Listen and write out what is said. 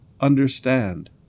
understand